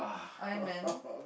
Iron-Man